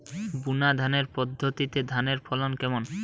বুনাধানের পদ্ধতিতে ধানের ফলন কেমন?